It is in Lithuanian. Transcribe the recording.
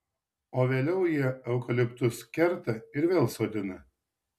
o vėliau jie eukaliptus kerta ir vėl sodina